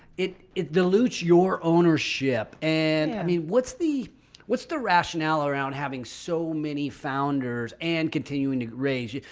it it dilutes your ownership and i mean, what's the what's the rationale around having so many founders and continuing to raise? yeah